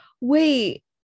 Wait